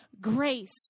grace